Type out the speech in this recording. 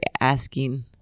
asking